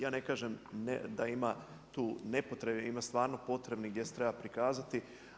Ja ne kažem da ima tu nepotrebnih, ima stvarno potrebnih gdje se treba prikazati.